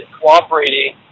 cooperating